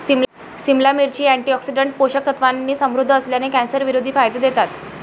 सिमला मिरची, अँटीऑक्सिडंट्स, पोषक तत्वांनी समृद्ध असल्याने, कॅन्सरविरोधी फायदे देतात